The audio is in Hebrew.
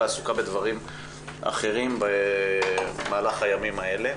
עסוקה בדברים אחרים במהלך הימים האלה.